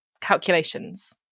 calculations